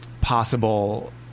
possible